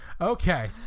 Okay